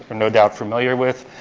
but no doubt, familiar with,